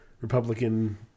Republican